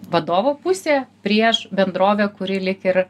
vadovo pusėje prieš bendrovę kuri lyg ir